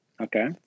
Okay